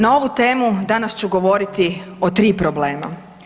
Na ovu temu danas ću govoriti o tri problema.